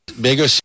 bigger